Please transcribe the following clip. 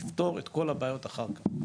נפתור את כל הבעיות אחר כך.